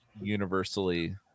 universally